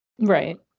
Right